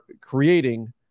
creating